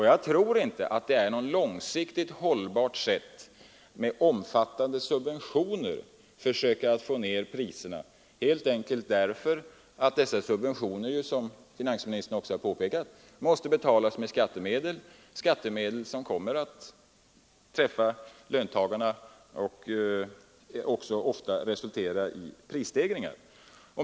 Jag tror inte att det är långsiktigt hållbart att man genom omfattande subventioner försöker få ned priserna, helt enkelt därför att dessa subventioner, som finansministern också påpekat, måste betalas med skattemedel som kommer att träffa löntagarna och dessutom ofta i sig själva resulterar i prisstegringar.